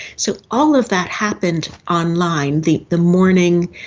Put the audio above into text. so all of that happened online, the the mourning,